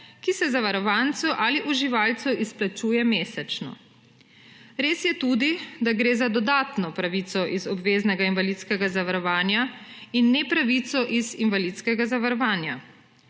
ki se zavarovancu ali uživalcu izplačuje mesečno. Res je tudi, da gre za dodatno pravico iz obveznega invalidskega zavarovanja in ne pravico iz invalidskega zavarovanja.